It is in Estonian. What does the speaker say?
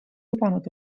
lubanud